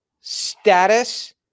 status